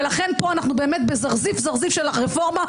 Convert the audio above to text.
ולכן אנחנו פה באמת בזרזיף-זרזיף של הרפורמה,